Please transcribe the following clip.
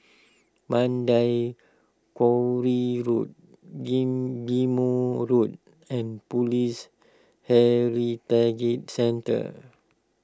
Mandai Quarry Road Ghim Ghim Moh Road and Police Heritage Centre